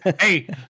Hey